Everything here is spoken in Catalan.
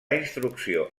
instrucció